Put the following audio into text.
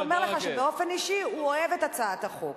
הוא אומר לך שבאופן אישי הוא אוהב את הצעת החוק.